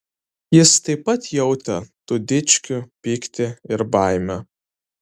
jis taip pat jautė tų dičkių pyktį ir baimę